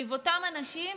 סביב אותם אנשים,